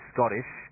Scottish